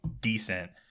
decent